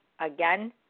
again